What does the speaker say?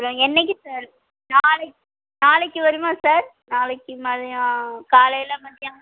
அப்புறம் என்றைக்கி சார் நாளைக் நாளைக்கு வருமா சார் நாளைக்கு மதியம் காலையில் மத்தியானம்